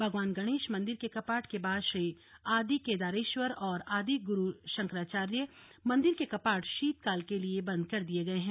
भगवान गणेश मंदिर के कपाट के बाद श्री आदि केदारेश्वर और आदि गुरु शंकराचार्य मंदिर के कपाट शीतकाल के लिये बंद कर दिये गए हैं